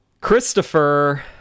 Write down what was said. Christopher